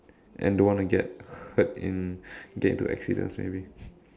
and don't want to get hurt in get into accidents may be